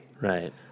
Right